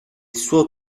suo